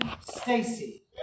Stacy